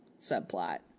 subplot